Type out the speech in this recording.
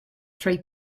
three